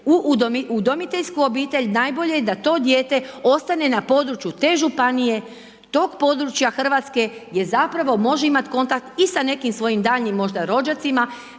u udomiteljsku obitelj, najbolje je da to dijete ostane na području te županije, tog područja Hrvatske gdje zapravo može imati kontakt i sa nekim svojim daljnjim možda